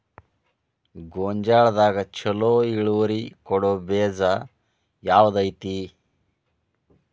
ಗೊಂಜಾಳದಾಗ ಛಲೋ ಇಳುವರಿ ಕೊಡೊ ಬೇಜ ಯಾವ್ದ್ ಐತಿ?